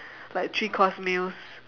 like three course meals